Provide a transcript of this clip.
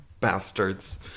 Bastards